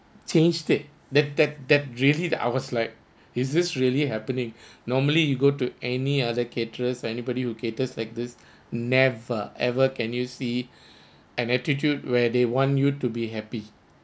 change that that that that really that I was like is this really happening normally you go to any other caterers anybody who caters like this never ever can you see an attitude where they want you to be happy